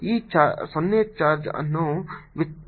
ಈ 0 ಚಾರ್ಜ್ ಅನ್ನು ವಿತರಿಸಬಹುದೇ